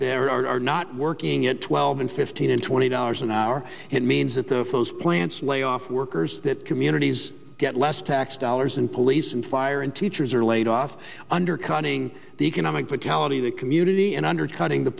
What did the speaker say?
there are not working at twelve and fifteen and twenty dollars an hour it means that the those plants lay off workers that communities get less tax dollars and police and fire and teachers are laid off undercutting the economic vitality the community and undercutting the